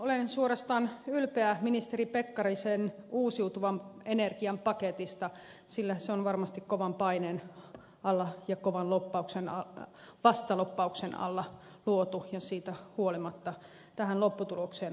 olen suorastaan ylpeä ministeri pekkarisen uusiutuvan energian paketista sillä se on varmasti kovan paineen alla ja kovan vastalobbauksen alla luotu ja siitä huolimatta tähän lopputulokseen on päästy